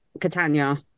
Catania